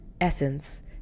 essence